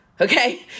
okay